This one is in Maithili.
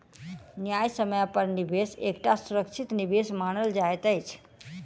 न्यायसम्य पर निवेश एकटा सुरक्षित निवेश मानल जाइत अछि